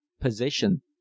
position